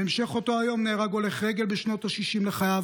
בהמשך אותו היום נהרג הולך רגל בשנות ה-60 לחייו